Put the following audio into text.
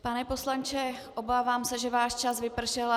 Pane poslanče, obávám se, že váš čas vypršel.